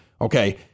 okay